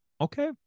Okay